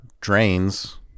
drains